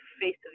face